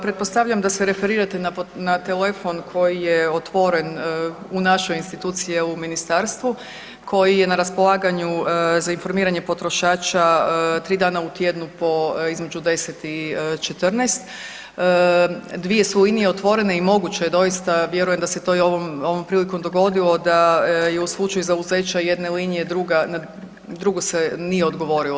Pretpostavljam da se referirate na telefon koji je otvoren u našoj instituciji evo u ministarstvu koji je na raspolaganju za informiranje potrošača 3 dana u tjednu po između 10 i 14, dvije su linije otvorene i moguće je doista vjerujem da se to i ovom prilikom dogodilo da je u slučaju zauzeća jedne linije druga, na drugu se nije odgovorilo.